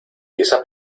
quizá